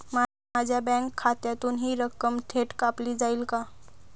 माझ्या बँक खात्यातून हि रक्कम थेट कापली जाईल का?